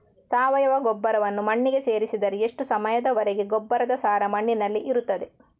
ಸಾವಯವ ಗೊಬ್ಬರವನ್ನು ಮಣ್ಣಿಗೆ ಸೇರಿಸಿದರೆ ಎಷ್ಟು ಸಮಯದ ವರೆಗೆ ಗೊಬ್ಬರದ ಸಾರ ಮಣ್ಣಿನಲ್ಲಿ ಇರುತ್ತದೆ?